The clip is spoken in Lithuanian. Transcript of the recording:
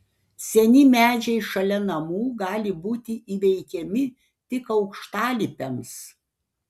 seni medžiai šalia namų gali būti įveikiami tik aukštalipiams